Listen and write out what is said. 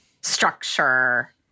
structure